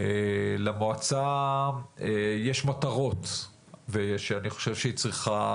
למועצה יש מטרות ואני חושב שהיא צריכה